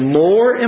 more